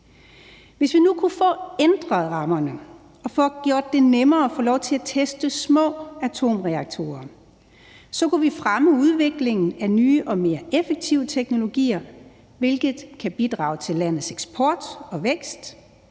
Hvis vi nu kunne få ændret rammerne og få gjort det nemmere at få lov til at teste små atomreaktorer, kunne vi fremme udviklingen af nye og mere effektive teknologier, hvilket kan bidrage til landets eksport og vækst,